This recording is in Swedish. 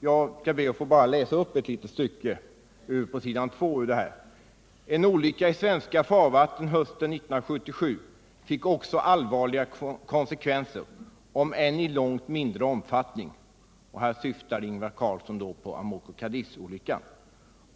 Jag skall be att få läsa upp ett litet stycke från s. 2 i interpellationen: ”En olycka i svenska farvatten hösten 1977 fick också allvarliga konsekvenser, om än i långt mindre omfattning.” Här syftade Ingvar Carlsson på Amoco Cadiz-olyckan.